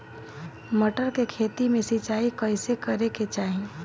मटर के खेती मे सिचाई कइसे करे के चाही?